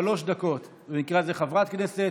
במקרה הזה חברת כנסת,